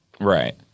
Right